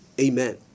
Amen